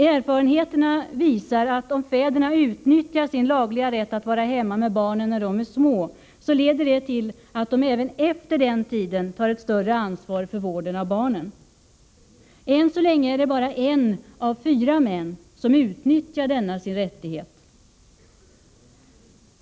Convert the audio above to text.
Erfarenheterna visar att om fäderna utnyttjar sin lagliga rätt att vara hemma med barnen när de är små, leder det till att de även efter den tiden tar ett större ansvar för vården av barnen. Än så länge är det bara en av fyra män som utnyttjar denna sin rättighet.